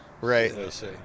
Right